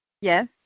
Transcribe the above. Yes